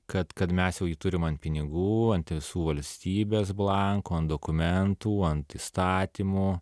kad kad mes jau jį turim ant pinigų ant visų valstybės blankų ant dokumentų ant įstatymų